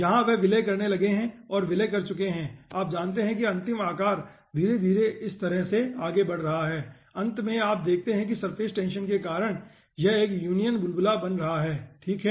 यहां वे विलय करने लगे हैं और वे विलय कर चुके हैं और आप जानते हैं कि अंतिम आकार धीरे धीरे इस तरह से आगे बढ़ रहा है और अंत में आप देखते हैं कि सरफेस टेंशन के कारण यह एक यूनियन बुलबुला बन रहा है ठीक है